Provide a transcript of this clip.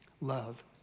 Love